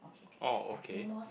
oh okay